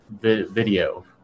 video